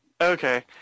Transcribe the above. Okay